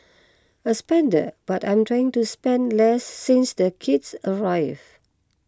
a spender but I'm trying to spend less since the kids arrived